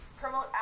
promote